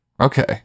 Okay